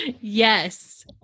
Yes